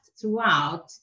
throughout